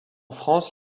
france